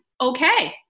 okay